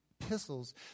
epistles